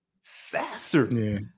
Sasser